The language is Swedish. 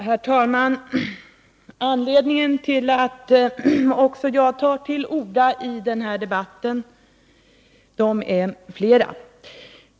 Herr talman! Anledningarna till att också jag tar till orda i denna debatt är flera.